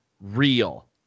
real